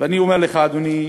ואני אומר לך, אדוני,